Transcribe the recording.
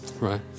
right